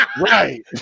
Right